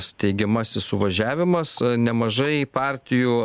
steigiamasis suvažiavimas nemažai partijų